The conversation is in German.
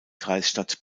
kreisstadt